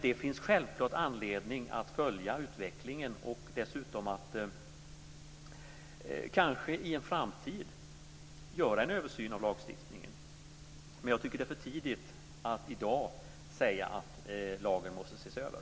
Det finns självklart anledning att följa utvecklingen och dessutom att kanske i en framtid göra en översyn av lagstiftningen. Men det är för tidigt att i dag säga att lagen måste ses över.